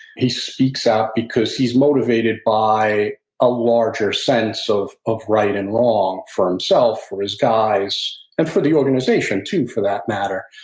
he speaks out because he's motivated by a larger sense of of right and wrong for himself, for his guys, and for the organization too for that matter.